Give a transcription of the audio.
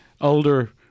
older